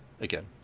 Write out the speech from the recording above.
again